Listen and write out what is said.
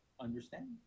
understand